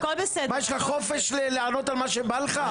יש לך חופש לענות על מה שבא לך?